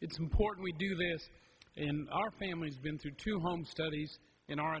it's important we do the latest in our family's been through two home studies in our